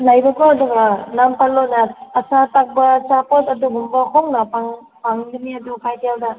ꯂꯩꯕꯀꯣ ꯑꯗꯨꯒ ꯅꯝꯐꯥꯂꯣꯡꯅ ꯑꯆꯥꯄꯣꯠ ꯑꯗꯨꯒꯨꯝꯕ ꯍꯣꯡꯅ ꯐꯪꯒꯅꯤ ꯑꯗꯨ ꯀꯩꯊꯦꯜꯗ